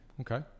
Okay